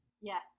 yes